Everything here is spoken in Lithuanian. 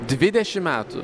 dvidešim metų